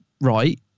right